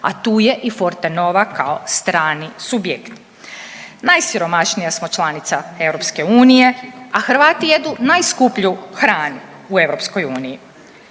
a tu je i Fortenova kao strani subjekt. Najsiromašnija smo članica EU, a Hrvati jedu najskuplju hranu u EU.